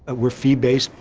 we're fee based.